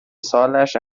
سالش